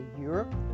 Europe